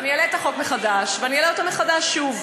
אני אעלה את החוק מחדש, ואני אעלה אותו מחדש שוב.